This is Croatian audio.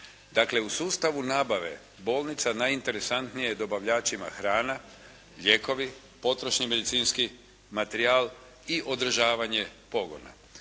Dakle, u sustavu nabave bolnica najinteresantnije dobavljačima hrana, lijekovi, potrošni medicinski materijal i održavanje pogona.